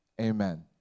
amen